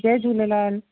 Jay Jhulelal